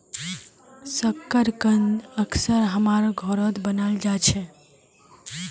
शकरकंद अक्सर हमसार घरत बनाल जा छे